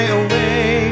away